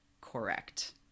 correct